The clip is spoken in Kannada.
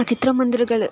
ಆ ಚಿತ್ರಮಂದಿರಗಳು